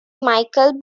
michael